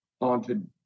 haunted